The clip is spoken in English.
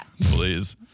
Please